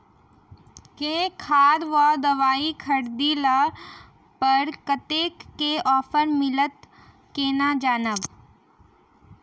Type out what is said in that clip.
केँ खाद वा दवाई खरीदला पर कतेक केँ ऑफर मिलत केना जानब?